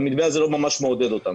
והמתווה הזה לא מעודד אותם.